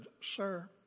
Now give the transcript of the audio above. Sir